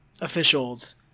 officials